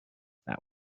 that